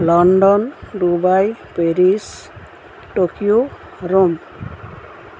London Dubai Paris Tokyo Rome